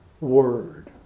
word